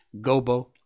Gobo